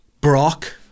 Brock